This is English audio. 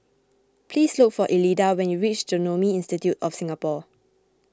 please look for Elida when you reach Genome Institute of Singapore